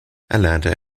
erlernte